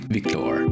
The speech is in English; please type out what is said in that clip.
Victor